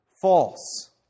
False